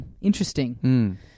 Interesting